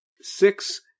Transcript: Six